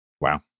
Wow